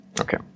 Okay